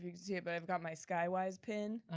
you can see it, but i've got my skywise pin.